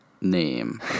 name